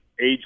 Age